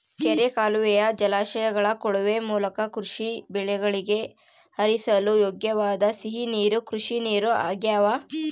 ಕೆರೆ ಕಾಲುವೆಯ ಜಲಾಶಯಗಳ ಕೊಳವೆ ಮೂಲಕ ಕೃಷಿ ಬೆಳೆಗಳಿಗೆ ಹರಿಸಲು ಯೋಗ್ಯವಾದ ಸಿಹಿ ನೀರು ಕೃಷಿನೀರು ಆಗ್ಯಾವ